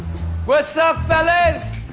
what's up fellas?